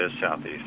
Southeast